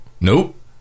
nope